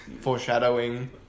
Foreshadowing